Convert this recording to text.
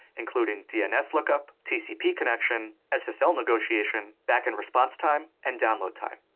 including dns lookup, tcp connection, ah ssl negotiation, back end response time, and download time.